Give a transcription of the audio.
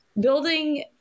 building